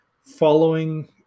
following